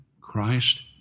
Christ